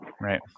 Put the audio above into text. right